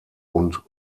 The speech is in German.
und